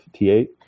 T8